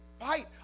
Fight